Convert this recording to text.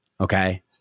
okay